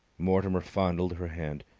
mortimer fondled her hand.